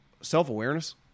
self-awareness